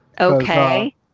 Okay